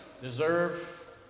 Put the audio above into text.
deserve